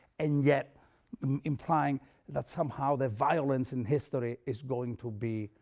and yet implying that somehow the violence in history is going to be,